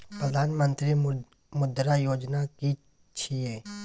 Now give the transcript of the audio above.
प्रधानमंत्री मुद्रा योजना कि छिए?